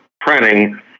printing